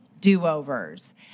do-overs